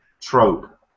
trope